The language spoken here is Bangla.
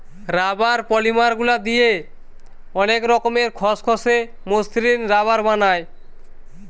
রাবার পলিমার গুলা দিয়ে অনেক রকমের খসখসে, মসৃণ রাবার বানায়